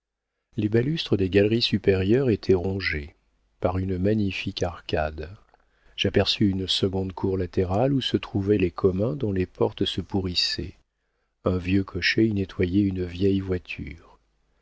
les balustres des galeries supérieures étaient rongés par une magnifique arcade j'aperçus une seconde cour latérale où se trouvaient les communs dont les portes se pourrissaient un vieux cocher y nettoyait une vieille voiture